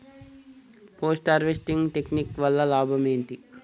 Post harvesting technique వల్ల లాభం ఏంటి?